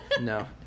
no